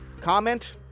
Comment